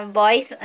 boys